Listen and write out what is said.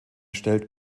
stellt